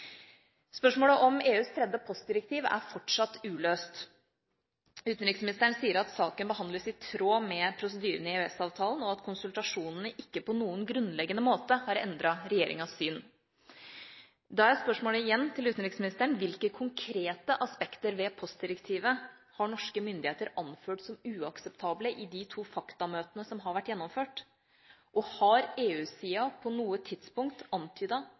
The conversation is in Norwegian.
Spørsmålet om EUs tredje postdirektiv er fortsatt uløst. Utenriksministeren sier at saken behandles i tråd med prosedyrene i EØS-avtalen, og at konsultasjonene ikke på noen grunnleggende måte har endret regjeringas syn. Da er spørsmålet til utenriksministeren: Hvilke konkrete aspekter ved postdirektivet har norske myndigheter anført som uakseptable i de to faktamøtene som har vært gjennomført? Har EU-siden på noe tidspunkt